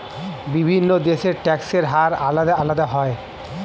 বিভিন্ন দেশের ট্যাক্সের হার আলাদা আলাদা হয়